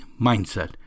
Mindset